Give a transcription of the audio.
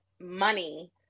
money